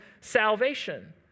salvation